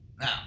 now